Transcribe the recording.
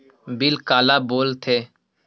Bill काला बोल थे?